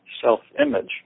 self-image